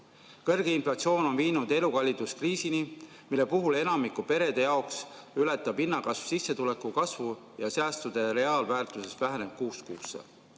Kõrge inflatsioon on viinud elukalliduskriisini, mille puhul enamiku perede jaoks ületab hindade kasv sissetulekute kasvu ja säästude reaalväärtus väheneb kuust kuusse.